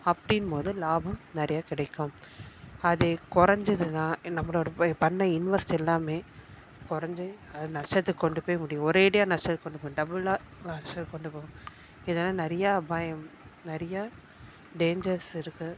அப்படின்போது லாபம் நிறைய கிடைக்கும் அது குறஞ்சிதுன்னா நம்மளோடய ப பண்ண இன்வெஸ்ட் எல்லாமே குறஞ்சி அது நஷ்டத்துக்கு கொண்டு போய் முடியும் ஒரேடியாக நஷ்டத்துக்கு கொண்டு போய்விடும் டபுளாக நஷ்டத்துக்கு கொண்டு போகும் இதனால நிறையா பயம் நிறையா டேஞ்சர்ஸ் இருக்குது